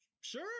Sure